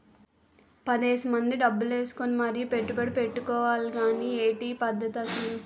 పదేసి మంది డబ్బులు ఏసుకుని మరీ పెట్టుబడి ఎట్టుకోవాలి గానీ ఏటి ఈ పద్దతి అసలు?